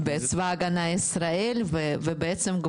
ההגנה לישראל ובעצם,